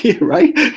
Right